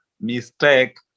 mistake